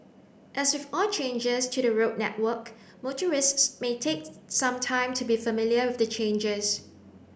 as with all changes to the road network motorists may take some time to be familiar with the changes